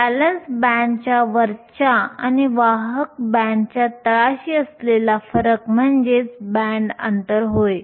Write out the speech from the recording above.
valence बँडच्या वरच्या आणि वाहक बँडच्या तळाशी असलेला फरक म्हणजे बँड अंतर होय